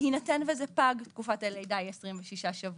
בהינתן וזה פג, תקופת הלידה היא 26 שבועות.